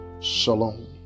shalom